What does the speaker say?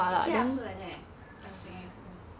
actually I also like that eh in secondary school